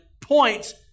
points